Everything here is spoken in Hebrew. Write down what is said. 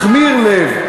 מכמיר לב,